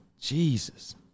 Jesus